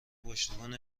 پشتیبان